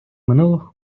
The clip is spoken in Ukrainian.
минуло